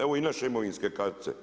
Evo i naše imovinske kartice.